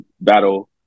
battle